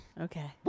Okay